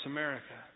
America